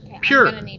pure